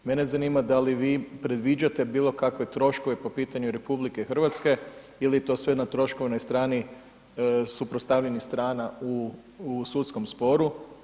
Mene zanima da li vi predviđate bilokakve troškove po pitanju ili je to sve na troškovnoj strani suprotstavljenih strana u sudskom sporu.